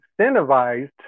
incentivized